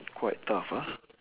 quite tough ah